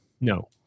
No